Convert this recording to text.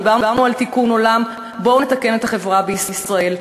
דיברנו על תיקון עולם, בואו נתקן את החברה בישראל.